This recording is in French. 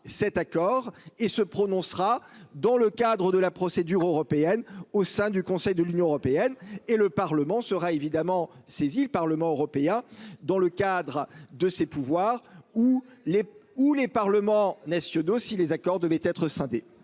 cet accord et se prononcera dans le cadre de la procédure européenne au sein du Conseil de l'Union européenne et le Parlement sera évidemment saisi le Parlement européen dans le cadre de ses pouvoirs ou les, ou les parlements nationaux. Si les accords devaient être scindé,